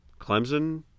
Clemson